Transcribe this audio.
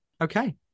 Okay